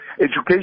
Education